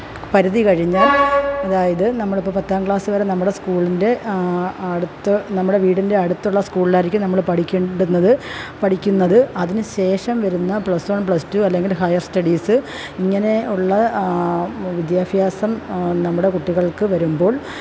പരിധി കഴിഞ്ഞാല് അതായത് നമ്മളിപ്പം പത്താം ക്ലാസ് വരെ നമ്മടെ സ്കൂളിന്റെ അട്ത്ത് നമ്മുടെ വീടിന്റെ അടുത്തുള്ള സ്കൂളിലായിരിക്കും നമ്മള് പഠിക്കേണ്ടത് പഠിക്കുന്നത് അതിന് ശേഷം വരുന്ന പ്ലസ് വണ് പ്ലസ് ടു അല്ലെങ്കില് ഹയര് സ്റ്റഡീസ് ഇങ്ങനെ ഉള്ള വിദ്യാഭ്യാസം നമ്മുടെ കുട്ടികള്ക്ക് വരുമ്പോള്